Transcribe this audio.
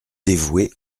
dévoué